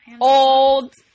old